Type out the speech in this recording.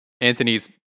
Anthony's